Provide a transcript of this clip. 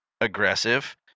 aggressive